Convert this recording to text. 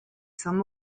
saints